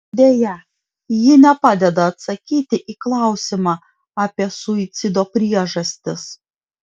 deja ji nepadeda atsakyti į klausimą apie suicido priežastis